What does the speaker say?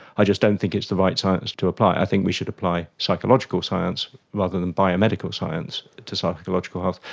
i just don't think it's the right science to apply. i think we should apply psychological science rather than biomedical science to psychological health.